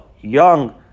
young